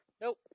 Nope